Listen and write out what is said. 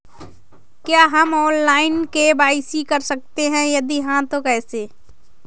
क्या हम online KYC कर सकते हैं यदि हाँ तो कैसे?